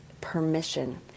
permission